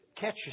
catch